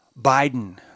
Biden